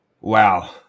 wow